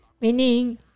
Meaning